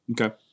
Okay